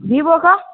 वीवोके